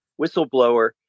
whistleblower